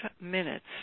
minutes